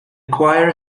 choir